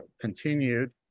continued